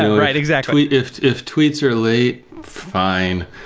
right, exactly if if tweets are late, fine.